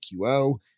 QO